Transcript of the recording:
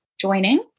joining